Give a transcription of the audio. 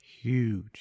huge